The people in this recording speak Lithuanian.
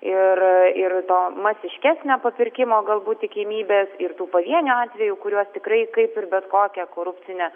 ir ir to masiškesnio papirkimo galbūt tikimybės ir tų pavienių atvejų kuriuos tikrai kaip ir bet kokią korupcinę